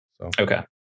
Okay